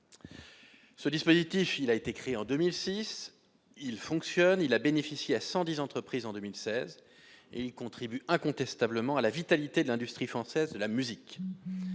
Ce dispositif, créé en 2006, fonctionne bien. Il a bénéficié à 110 entreprises en 2016, et il contribue incontestablement à la vitalité de l'industrie française de la musique,